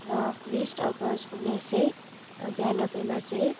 र बिस अगस्त उन्नाइस सय बयानब्बेमा चाहिँ